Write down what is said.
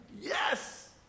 Yes